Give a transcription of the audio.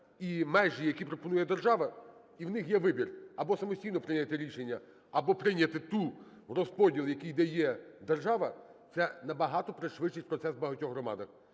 і межі, які пропонує держава, і у них є вибір: або самостійно прийняти рішення, або прийняти той розподіл, який дає держава, це набагато пришвидшить процес у багатьох громадах.